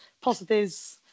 positives